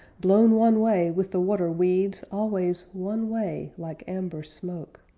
blown one way, with the water weeds, always one way, like amber smoke.